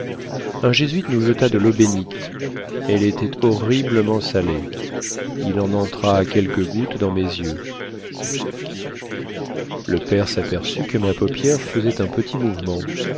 un jésuite nous jeta de l'eau bénite elle était horriblement salée il en entra quelques gouttes dans mes yeux le père s'aperçut que ma paupière fesait un petit mouvement